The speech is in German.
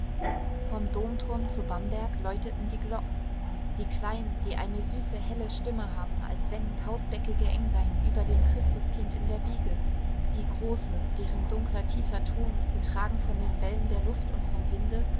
vom domturm zu bamberg läuteten die glocken die kleinen die eine süße helle stimme haben als sängen pausbäckige englein über dem christuskind in der wiege die große deren dunkler tiefer ton getragen von den wellen der luft und vom winde